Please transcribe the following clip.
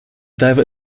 diver